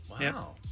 Wow